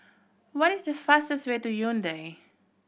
what is the fastest way to Yaounde